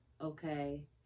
okay